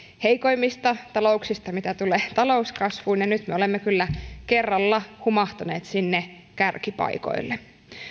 heikoimmista talouksista mitä tulee talouskasvuun ja nyt me olemme kyllä kerralla humahtaneet sinne kärkipaikoille